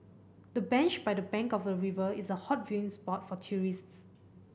the bench by the bank of the river is a hot viewing spot for tourists